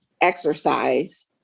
exercise